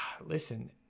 Listen